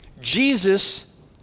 Jesus